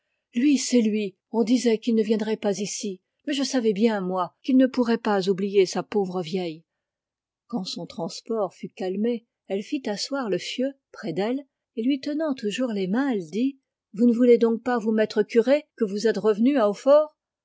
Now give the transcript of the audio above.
lui c'est lui on disait qu'il ne viendrait pas ici mais je savais bien moi qu'il ne pourrait pas oublier sa pauvre vieille quand son transport fut calmé elle fit asseoir le fieu près d'elle et lui tenant toujours les mains elle dit vous ne voulez donc pas vous mettre curé que vous êtes revenu à hautfort